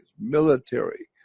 military